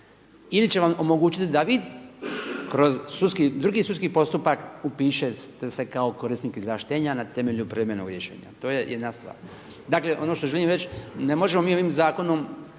ili će vam omogućiti da vi kroz sudski, drugi sudski postupak upišete se kao korisnik izvlaštenja na temelju privremenog rješenja. To je jedna stvar. Dakle ono što želim reći, ne možemo mi ovim zakonom,